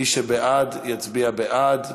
מי שבעד, יצביע בעד.